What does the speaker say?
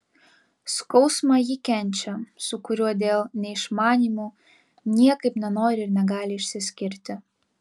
skausmą ji kenčia su kuriuo dėl neišmanymo niekaip nenori ir negali išsiskirti